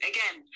Again